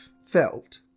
felt